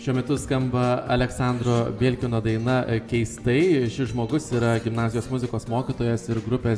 šiuo metu skamba aleksandro belkino daina keistai šis žmogus yra gimnazijos muzikos mokytojas ir grupės